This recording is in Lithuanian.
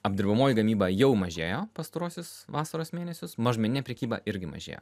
apdirbamoji gamyba jau mažėjo pastaruosius vasaros mėnesius mažmeninė prekyba irgi mažėjo